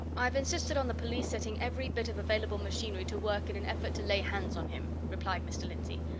i've insisted on the police setting every bit of available machinery to work in an effort to lay hands on him, replied mr. lindsey.